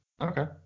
Okay